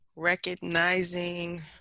recognizing